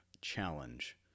challenge